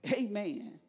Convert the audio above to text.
Amen